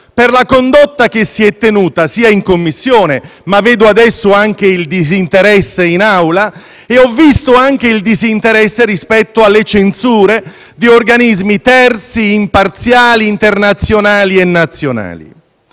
per la condotta che si è tenuta in Commissione, ma vedo adesso anche il disinteresse in Aula, così come ho visto anche il disinteresse rispetto alle censure di organismi terzi imparziali, internazionali e nazionali.